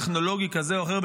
טכנולוגי כזה או אחר,